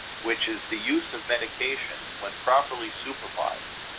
which is the use of medications when properly supervised,